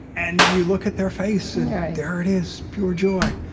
and you look at their face, and there it is pure joy.